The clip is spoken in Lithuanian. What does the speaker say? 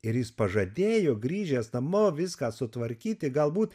ir jis pažadėjo grįžęs namo viską sutvarkyti galbūt